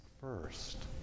first